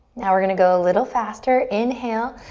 now we're gonna go a little faster. inhale,